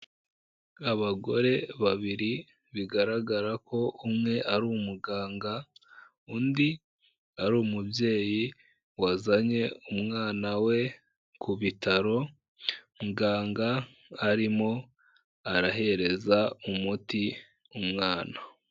Abagore babiri bigaragara ko umwe ari umuganga, undi ari umubyeyi wazanye umwana we ku bitaro, muganga arimo arahereza umuti umwana.